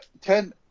ten